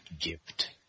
gift